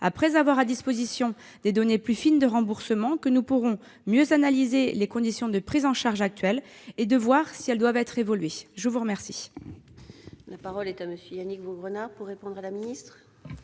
nous aurons à disposition des données plus fines de remboursement, nous pourrons mieux analyser les conditions de prise en charge actuelles, et voir si elles doivent évoluer. La parole est à M. Yannick Vaugrenard, pour répondre à Mme